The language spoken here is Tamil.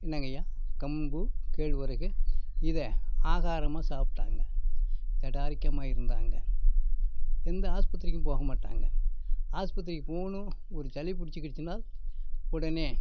என்னங்கய்யா கம்பு கேழ்வரகு இதிய ஆகாரமாக சாப்பிட்டாங்க திடாரிக்கம்மாக இருந்தாங்க எந்த ஆஸ்பத்திரிக்கும் போகமாட்டாங்க ஆஸ்பத்திரிக்கு போகணும் ஒரு சளி பிடிச்சுகிடுச்சின்னா உடனே